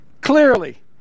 clearly